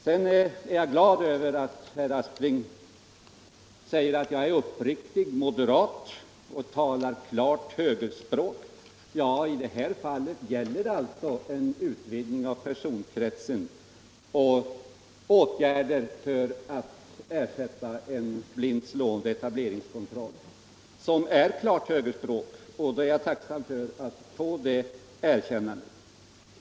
Jag är glad över att herr Aspling säger att jag är uppriktigt moderat och talar klart högerspråk. I detta fall gäller det en utvidgning av personkretsen och åtgärder för att ersätta en blint slående etableringskontroll. Det är klart högerspråk, och då är jag tacksam för att få det erkännandet.